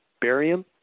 barium